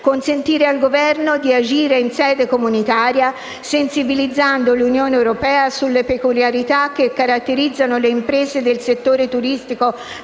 consentire al Governo di agire in sede comunitaria, sensibilizzando l'Unione europea sulle peculiarità che caratterizzano le imprese del settore turistico-balneare